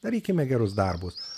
darykime gerus darbus